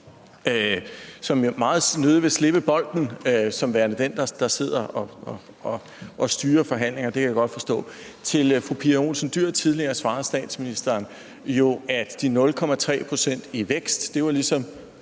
som meget nødig vil slippe bolden som værende den, der sidder og styrer forhandlingerne. Det kan jeg godt forstå. Til fru Pia Olsen Dyhr svarede statsministeren tidligere, at de 0,3 pct. i vækst ligesom